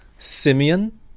Simeon